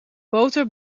boter